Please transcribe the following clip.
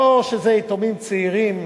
לא שזה יתומים צעירים,